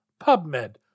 PubMed